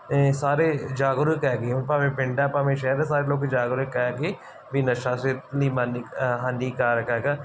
ਅਤੇ ਸਾਰੇ ਜਾਗਰੂਕ ਹੈਗੇ ਆ ਭਾਵੇਂ ਪਿੰਡ ਆ ਭਾਵੇਂ ਸ਼ਹਿਰ ਦੇ ਸਾਰੇ ਲੋਕ ਜਾਗਰੂਕ ਆ ਕਿ ਵੀ ਨਸ਼ਾ ਸਿਹਤ ਲਈ ਮਾਨੀ ਹਾਨੀਕਾਰਕ ਹੈਗਾ